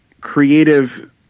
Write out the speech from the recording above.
creative